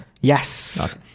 Yes